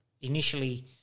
initially